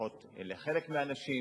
לפחות לחלק מהאנשים,